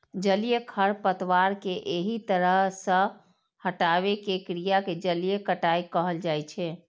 जलीय खरपतवार कें एहि तरह सं हटाबै के क्रिया कें जलीय कटाइ कहल जाइ छै